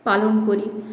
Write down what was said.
পালন করি